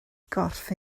gorff